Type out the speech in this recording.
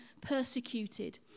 persecuted